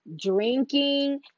drinking